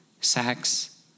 sex